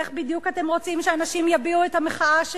איך בדיוק אתם רוצים שאנשים יביעו את המחאה שלהם?